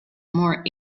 more